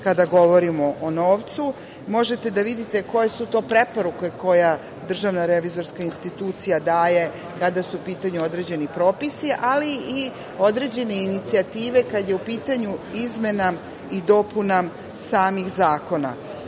kada govorimo o novcu. Možete da vidite koje su to preporuke koje DRI daje kada su u pitanju određeni propisi, ali i određene inicijative kada je u pitanju izmena i dopuna samih zakona. Na